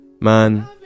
Man